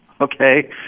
okay